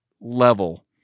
level